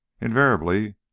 Invariably